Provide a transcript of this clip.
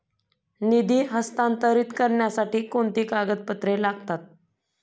निधी हस्तांतरित करण्यासाठी कोणती कागदपत्रे लागतात?